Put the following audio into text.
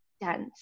dense